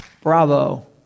bravo